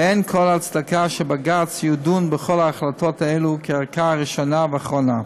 ואין כל הצדקה שבג"ץ ידון בכל ההחלטות האלה כערכאה ראשונה ואחרונה.